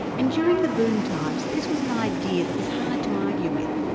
and during the boom times this was an idea that was hard to argue with.